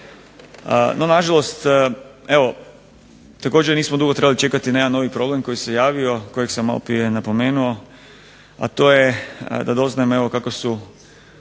No nažalost evo također nismo dugo trebali čekati na jedan novi problem koji se javio, kojeg sam maloprije napomenuo, a to je da doznajemo kako su